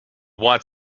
white